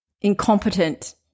incompetent